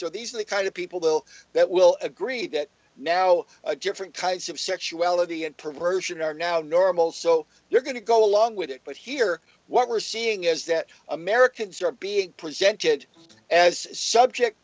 so these are the kind of people that will agree that now different kinds of sexuality and perversion are now normal so you're going to go along with it but here what we're seeing is that americans are being presented as subject